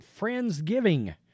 Friendsgiving